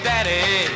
Daddy